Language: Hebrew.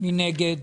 מי נגד?